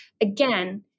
Again